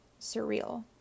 surreal